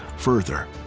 further,